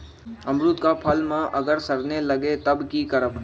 अमरुद क फल म अगर सरने लगे तब की करब?